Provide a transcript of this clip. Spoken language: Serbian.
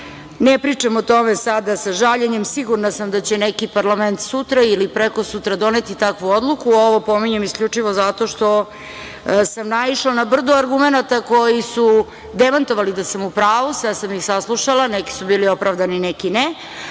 pričam o tome sada sa žaljenjem, sigurna sam da će neki parlament sutra ili prekosutra doneti takvu odluku, ovo pominjem isključivo zato što sam naišla na brdo argumenata koji su demantovali da sam u pravu. Sve sam ih saslušala, neki su bili opravdani, neki ne,